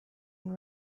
and